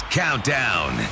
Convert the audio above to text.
countdown